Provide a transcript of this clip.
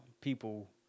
people